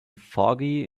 foggy